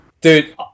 Dude